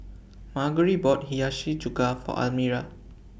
Margery bought Hiyashi Chuka For Almyra